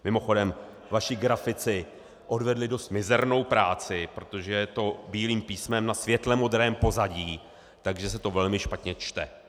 Mimochodem, vaši grafici odvedli dost mizernou práci, protože je to bílým písmem na světlemodrém pozadí, takže se to velmi špatně čte.